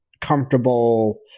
comfortable